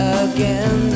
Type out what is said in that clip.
again